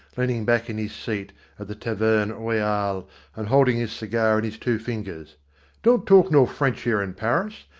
leaning back in his seat at the taverne royale and holding his cigar in his two fingers don't talk no french here in paris.